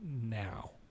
now